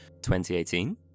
2018